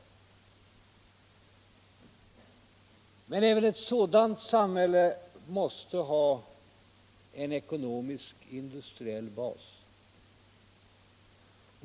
Även ett sådant samhälle måste emellertid ha en ekonomisk industriell bas.